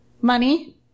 money